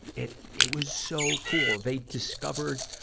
it, it was so cool. they discovered,